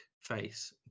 face